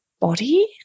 body